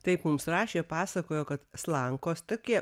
taip mums rašė pasakojo kad slankos tokie